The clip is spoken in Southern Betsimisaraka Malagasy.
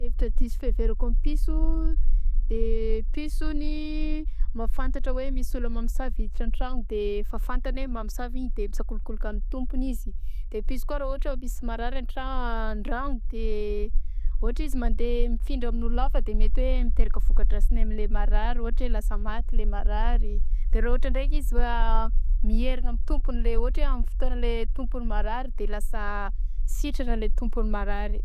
Hevitra diso fiheverako piso ny piso ony mafantatra hoe misy olona mamosavy hiditra ny tragno de efa fantany hoe mamosavy igny de misakolokoloka amin'ny tompony izy de piso ko ra ôhatra hoe misy marary antran- an-dragno de ôhatra izy mandeha mifindra amin'olo hafa de mety hoe miteraka vokadrasiny amle marary ôhatra hoe lasa maty le marary de rah ôhatra ndraiky izy a mierigna amin'ny tompony le ôhatra amin' fotoana le tompony marary de lasa sitrana le tômpony marary.